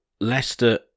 Leicester